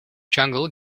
jungle